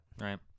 Right